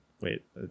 wait